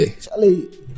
Charlie